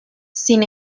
sin